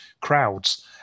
crowds